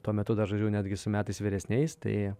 tuo metu dar žaidžiau netgi su metais vyresniais tai